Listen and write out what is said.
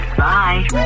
bye